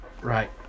Right